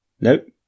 nope